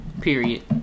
Period